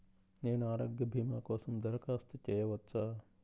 నేను ఆరోగ్య భీమా కోసం దరఖాస్తు చేయవచ్చా?